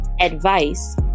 advice